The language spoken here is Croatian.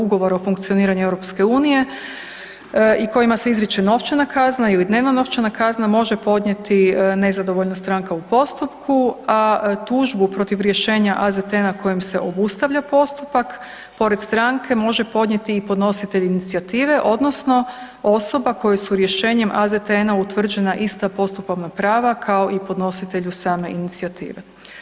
Ugovora o funkcioniranju EU i kojima se izriče novčana kazna ili dnevna novčana kazna može podnijeti nezadovoljna stranka u postupku, a tužbu protiv rješenja AZTN-a kojom se obustavlja postupak pored stranke može podnijeti i podnositelj inicijative odnosno osoba kojoj su rješenjem AZTN-a utvrđena ista postupovna prava kao i podnositelju same inicijative.